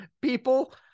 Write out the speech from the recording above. people